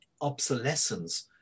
obsolescence